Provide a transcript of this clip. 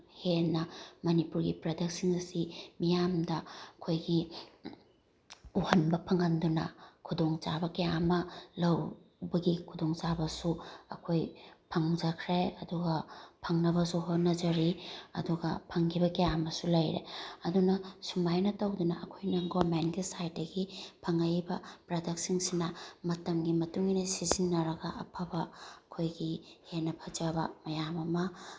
ꯍꯦꯟꯅ ꯃꯅꯤꯄꯨꯔꯒꯤ ꯄ꯭ꯔꯗꯛꯁꯤꯡ ꯑꯁꯤ ꯃꯤꯌꯥꯝꯗ ꯑꯩꯈꯣꯏꯒꯤ ꯎꯍꯟꯕ ꯐꯪꯍꯟꯗꯨꯅ ꯈꯨꯗꯣꯡꯆꯥꯕ ꯀꯌꯥ ꯑꯃ ꯂꯧꯕꯒꯤ ꯈꯨꯗꯣꯡꯆꯥꯕꯁꯨ ꯑꯩꯈꯣꯏ ꯐꯪꯖꯈ꯭ꯔꯦ ꯑꯗꯨꯒ ꯐꯪꯅꯕꯁꯨ ꯍꯣꯠꯅꯖꯔꯤ ꯑꯗꯨꯒ ꯐꯪꯈꯤꯕ ꯀꯌꯥ ꯑꯃꯁꯨ ꯂꯩꯔꯦ ꯑꯗꯨꯅ ꯁꯨꯃꯥꯏꯅ ꯇꯧꯗꯅ ꯑꯩꯈꯣꯏꯅ ꯒꯣꯃꯦꯟꯒꯤ ꯁꯥꯏꯠꯇꯒꯤ ꯐꯪꯉꯛꯏꯕ ꯄꯔꯗꯛꯁꯤꯡꯁꯤꯅ ꯃꯇꯝꯒꯤ ꯃꯇꯨꯡꯏꯟꯅ ꯁꯤꯖꯤꯟꯅꯔꯒ ꯑꯐꯕ ꯑꯩꯈꯣꯏꯒꯤ ꯍꯦꯟꯅ ꯐꯖꯕ ꯃꯌꯥꯝ ꯑꯃ